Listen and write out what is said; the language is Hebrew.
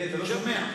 אתה לא שומע.